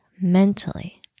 mentally